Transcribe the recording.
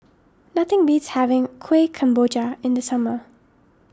nothing beats having Kueh Kemboja in the summer